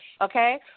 okay